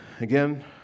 Again